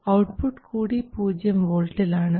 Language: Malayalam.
ഔട്ട്പുട്ട് കൂടി പൂജ്യം വോൾട്ടിൽ ആണ്